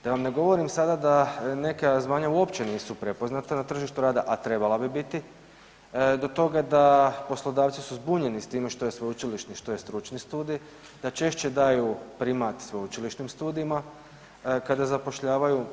Da vam ne govorim sada da neka zvanja uopće nisu prepoznata na tržištu rada, a trebala bi biti, do toga da poslodavci su zbunjeni s time što je sveučilište, što je stručni studij, da češće daju primat sveučilišnim studijima kada zapošljavaju.